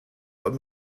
what